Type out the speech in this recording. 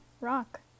rock